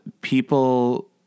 people